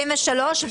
מי נמנע?